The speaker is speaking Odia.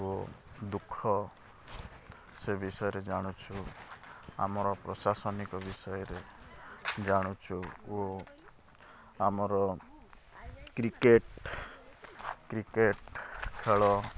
ଓ ଦୁଃଖ ସେ ବିଷୟରେ ଜାଣୁଛୁ ଆମର ପ୍ରଶାସନିକ ବିଷୟରେ ଜାଣୁଛୁ ଓ ଆମର କ୍ରିକେଟ୍ କ୍ରିକେଟ୍ ଖେଳ